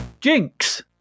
Jinx